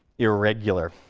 irregular.